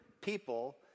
people